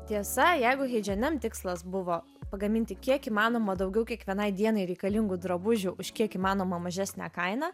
tiesa jeigu heidž en em tikslas buvo pagaminti kiek įmanoma daugiau kiekvienai dienai reikalingų drabužių už kiek įmanoma mažesnę kainą